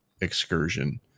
excursion